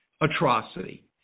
atrocity